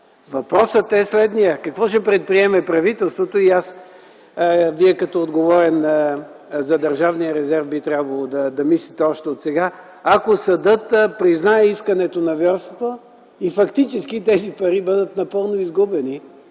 Въпросът е следният: какво ще предприеме правителството, Вие като отговорен за Държавния резерв би трябвало да мислите още отсега, ако съдът признае искането на „Ворскла” и фактически тези пари бъдат напълно изгубени,